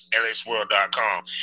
lsworld.com